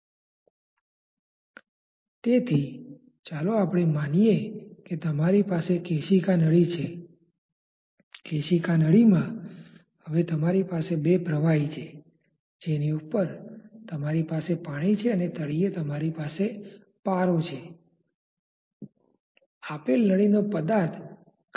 હા કયાં પ્રકારની રેખા દ્વારા પ્રવાહરેખા તરફ આરપાર કોઈ પ્રવાહ નહી આવે